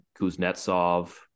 Kuznetsov